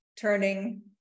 Turning